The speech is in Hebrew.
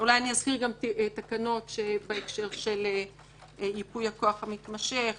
אולי אני אזכיר גם תקנות בהקשר של ייפוי הכוח המתמשך,